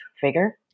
figure